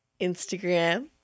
Instagram